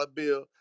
bill